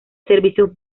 servicios